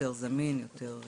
יותר זמין, יותר זול.